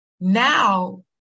now